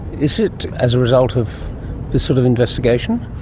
is it as a result of this sort of investigation?